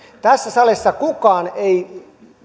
tässä salissa kukaan ei